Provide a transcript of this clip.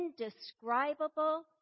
indescribable